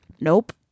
nope